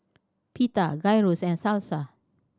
Pita Gyros and Salsa